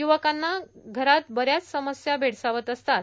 य्रवकांना घरात बऱ्याच समस्या भेडसावत असतात